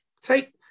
take